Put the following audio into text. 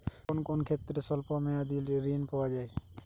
কোন কোন ক্ষেত্রে স্বল্প মেয়াদি ঋণ পাওয়া যায়?